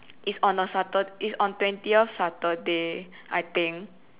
is on a satur~ is on twentieth saturday I think